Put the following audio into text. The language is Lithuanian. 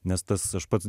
nes tas aš pats